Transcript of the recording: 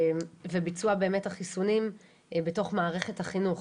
וביצוע באמת החיסונים בתוך מערכת החינוך,